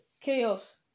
chaos